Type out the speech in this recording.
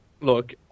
Look